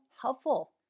helpful